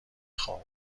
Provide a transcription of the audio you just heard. خوابو